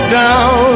down